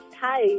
Hi